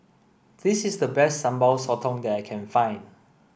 this is the best Sambal Sotong that I can find